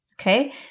Okay